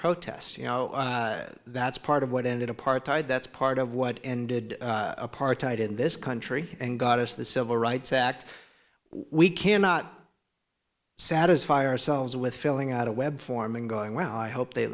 protest you know that's part of what ended apartheid that's part of what ended apartheid in this country and got us the civil rights act we cannot satisfy ourselves with filling out a web form and going well i hope they